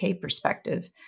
perspective